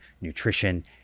nutrition